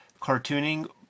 cartooning